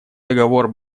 договор